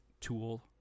Tool